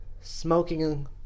smoking